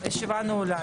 הישיבה ננעלה